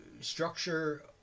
structure